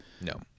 No